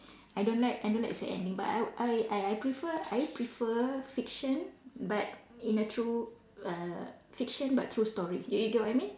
I don't like I don't like sad ending but I I I I prefer I prefer fiction but in a true err fiction but true story you you get what I mean